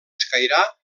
escairar